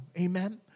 Amen